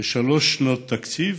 לשלוש שנות תקציב,